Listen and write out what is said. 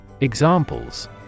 Examples